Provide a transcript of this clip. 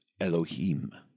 Elohim